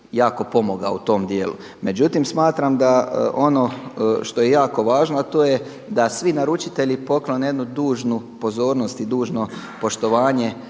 jako pomogao u tom dijelu. Međutim smatram da ono što je jako važno, a to je da svi naručitelji poklone jednu dužnu pozornost i dužno poštovanje